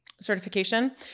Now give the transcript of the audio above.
Certification